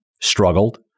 struggled